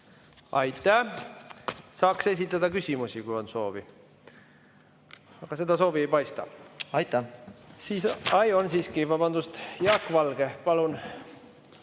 Aitäh! Saaks esitada küsimusi, kui on soovi. Aga seda soovi ei paista. Aitäh! Aitäh! Ai, on siiski. Vabandust! Jaak Valge, palun!